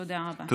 תודה, גברתי.